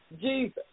Jesus